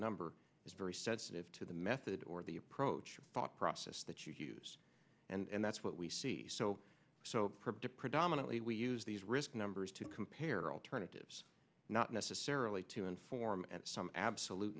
number is very sensitive to the method or the approach thought process that you use and that's what we see so so predominantly we use these risk numbers to compare alternatives not necessarily to inform some absolute